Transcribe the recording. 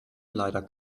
leider